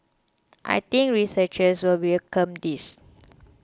I think researchers will welcome this